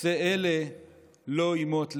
עשה אלה לא ימוט לעולם".